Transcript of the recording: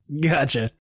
Gotcha